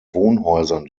wohnhäusern